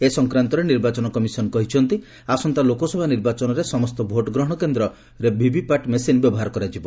ଏ ସଂକ୍ରାନ୍ତରେ ନିର୍ବାଚନ କମିଶନ କହିଛନ୍ତି ଆସନ୍ତା ଲୋକସଭା ନିର୍ବାଚନରେ ସମସ୍ତ ଭୋଟଗ୍ରହଣ କେନ୍ଦ୍ର ଭିଭିପାଟ୍ ମେସିନ୍ ବ୍ୟବହାର କରାଯିବ